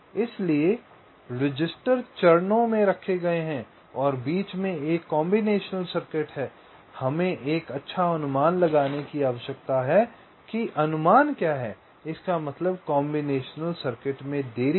इसलिए रजिस्टर चरणों में रखे गए हैं और बीच में कॉम्बिनेशन सर्किट हैं हमें एक अच्छा अनुमान लगाने की आवश्यकता है कि अनुमान क्या है इसका मतलब कॉम्बिनेशन सर्किट में देरी है